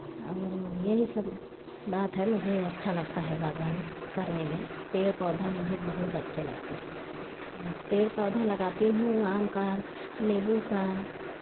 और यही सब बात है मुझे अच्छा लगता है बागवानी करने में पेड़ पौधा मुझे बहुत अच्छे लगते हैं पेड़ पौधे लगाती हूँ आम का नीम्बू का